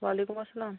وعلیکُم السلام